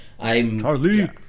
Charlie